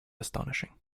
astonishing